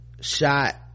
shot